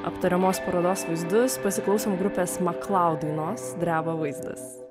aptariamos parodos vaizdus pasiklausom grupės maklaud dainos dreba vaizdas